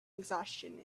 exhaustion